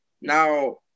now